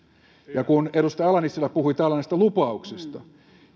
ja kun edustaja ala nissilä puhui täällä näistä lupauksista